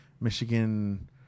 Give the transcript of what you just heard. Michigan